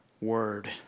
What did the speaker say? Word